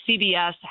CBS